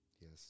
Yes